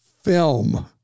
film